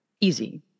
easy